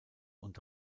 und